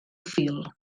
fil